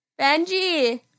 Benji